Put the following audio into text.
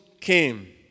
came